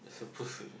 you're supposed to look